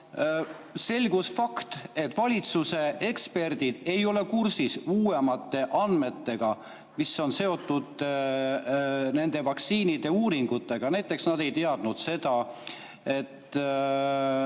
selgus fakt, et valitsuse eksperdid ei ole kursis uuemate andmetega, mis on seotud nende vaktsiinide uuringutega. Näiteks nad ei teadnud seda, et